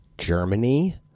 Germany